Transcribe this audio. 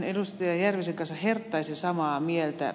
järvisen kanssa herttaisen samaa mieltä